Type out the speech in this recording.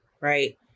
Right